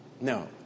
No